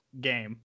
game